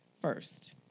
first